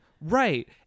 right